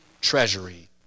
treasury